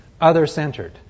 other-centered